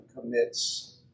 commits